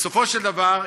ובסופו של דבר,